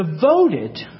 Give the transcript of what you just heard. devoted